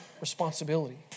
responsibility